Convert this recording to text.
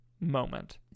moment